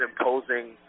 imposing